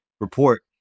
report